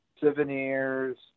souvenirs